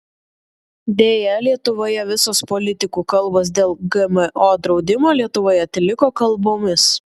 deja lietuvoje visos politikų kalbos dėl gmo draudimo lietuvoje teliko kalbomis